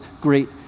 great